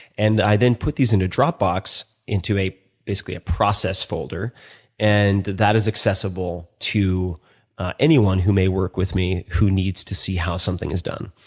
and i then put these into dropbox into basically a process folder and that is accessible to anyone who may work with me who needs to see how something is done.